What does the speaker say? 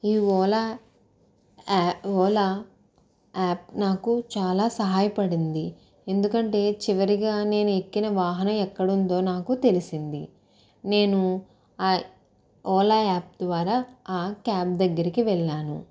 ఈ ఓలా యా ఓలా యాప్ నాకు చాలా సహాయపడింది ఎందుకంటే చివరిగా నేను ఎక్కిన వాహనం ఎక్కడుందో నాకు తెలిసింది నేను ఓలా యాప్ ద్వారా ఆ క్యాబ్ దగ్గరికి వెళ్ళాను